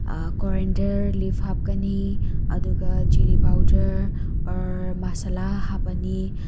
coriander leaf ꯍꯥꯞꯀꯅꯤ ꯑꯗꯨꯒ chilli powder or masala ꯍꯥꯞꯄꯅꯤ